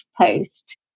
post